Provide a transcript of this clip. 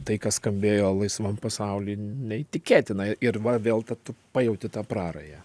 tai kas skambėjo laisvam pasauly neįtikėtina ir va vėl tą tu pajauti tą prarają